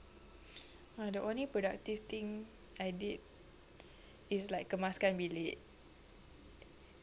!wah! the only productive thing I did is like kemaskan bilik